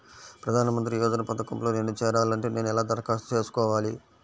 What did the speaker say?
ప్రధాన మంత్రి యోజన పథకంలో నేను చేరాలి అంటే నేను ఎలా దరఖాస్తు చేసుకోవాలి?